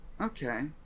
okay